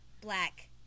black